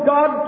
God